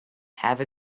have